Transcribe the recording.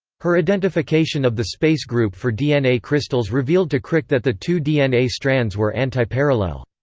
her identification of the space group for dna crystals revealed to crick that the two dna strands were antiparallel.